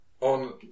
on